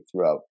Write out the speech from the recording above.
throughout